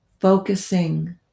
focusing